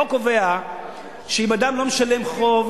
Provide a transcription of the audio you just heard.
החוק קובע שאם אדם לא משלם חוב,